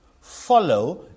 follow